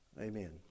Amen